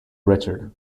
richard